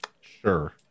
sure